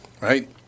right